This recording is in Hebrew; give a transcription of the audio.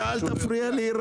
אל תפריע לי.